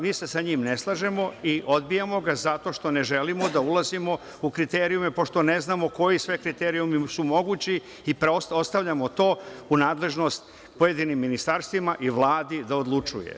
Mi se sa njim ne slažemo i odbijamo ga zato što ne želimo da unosimo u kriterijume pošto ne znamo koji sve kriterijumi su mogući i ostavljamo to u nadležnost pojedinim ministarstvima i Vladi da odlučuje.